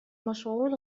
مشغول